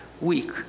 week